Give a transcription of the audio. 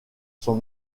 sont